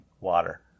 Water